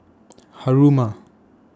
Haruma